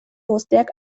guztiak